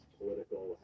political